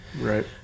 Right